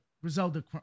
Griselda